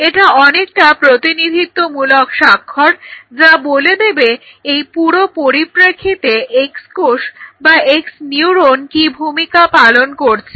এটা অনেকটা প্রতিনিধিত্বমূলক স্বাক্ষর যা বলে দেবে এই পুরো পরিপ্রেক্ষিতে x কোষ বা x নিউরন কি ভূমিকা পালন করছে